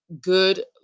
good